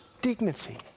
dignity